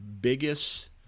biggest